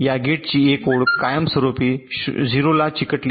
या गेटची एक ओळ कायमस्वरूपी ० ला चिकटलेली आहे